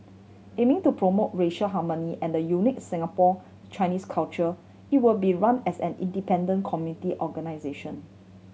aiming to promote racial harmony and the unique Singapore Chinese culture it will be run as an independent community organisation